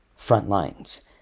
Frontlines